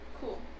Cool